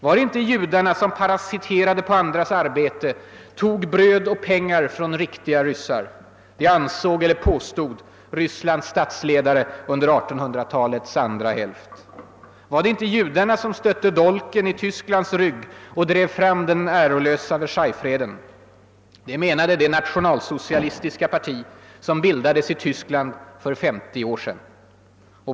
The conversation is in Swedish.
Var det inte judarna som parasiterade på andras arbete, tog bröd och pengar från riktiga ryssar? Det ansåg, eller påstod, Rysslands statsledare under 1800-talets andra hälft. Var det inte judarna som stötte dolken i Tysklands rygg och drev fram den ärelösa Versaillesfreden? Det menade det nationalsocialistiska parti som bildades i Tyskland för 50 år sedan.